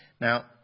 Now